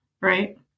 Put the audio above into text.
right